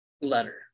letter